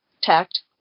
tact